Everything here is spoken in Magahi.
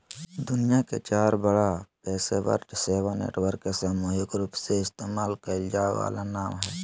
दुनिया के चार बड़ा पेशेवर सेवा नेटवर्क के सामूहिक रूपसे इस्तेमाल कइल जा वाला नाम हइ